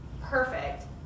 perfect